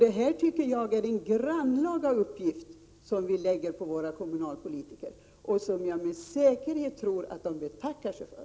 Det tycker jag är en grannlaga uppgift som vi lägger på våra kommunalpolitiker och som jag med säkerhet tror att de betackar sig för.